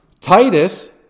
Titus